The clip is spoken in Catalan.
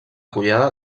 collada